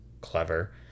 clever